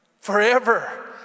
forever